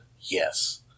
Yes